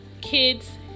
Kids